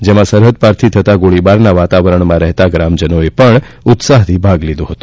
જેમાં સરહદ પારથી થતાં ગોળીબારના વાતાવરણમાં રહેતા ગ્રામજનોએ પણ ઉત્સાહથી ભાગ લીધો હતો